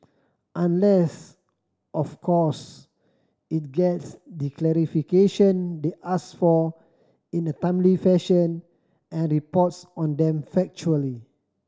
unless of course it gets the clarification they ask for in a timely fashion and reports on them factually